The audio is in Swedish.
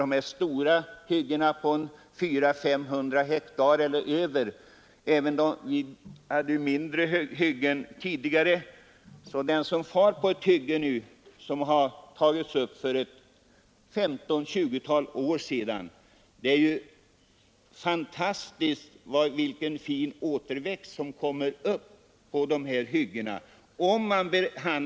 Jag avser då inte hyggen på 400-500 hektar eller större. Det är fantastiskt att se vilken fin återväxt det blir på hyggen, om de har behandlats rätt, där skogen avverkades för 15—20 år sedan.